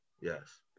Yes